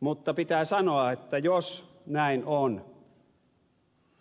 mutta pitää sanoa että jos näin on